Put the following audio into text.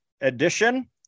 edition